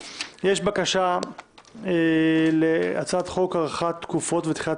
הצעת חוק להארכת תוקפן של תקנות שעת